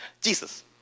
Jesus